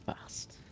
fast